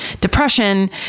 Depression